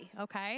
okay